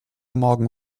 morgen